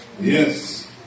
Yes